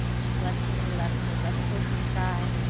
flexing the left toes up towards the sky.